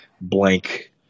blank